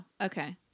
okay